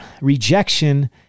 Rejection